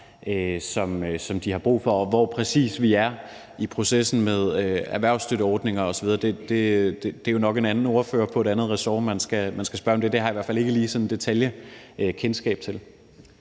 som de har brug for. Og hvor præcis vi er i processen med erhvervsstøtteordninger osv., er det jo nok en anden ordfører på et andet ressort man skal spørge om. Det har jeg i hvert fald ikke lige sådan detaljeret kendskab til.